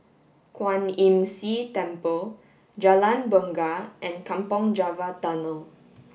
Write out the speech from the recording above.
Kwan Imm See Temple Jalan Bungar and Kampong Java Tunnel